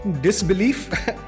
disbelief